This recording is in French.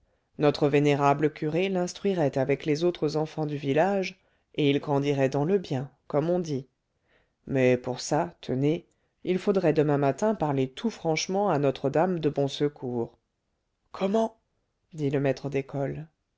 notre vénérable curé l'instruirait avec les autres enfants du village et il grandirait dans le bien comme on dit mais pour ça tenez il faudrait demain matin parler tout franchement à notre dame de bon secours comment dit le maître d'école